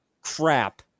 crap